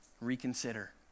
reconsider